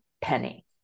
penny